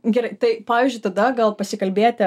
gerai tai pavyzdžiui tada gal pasikalbėti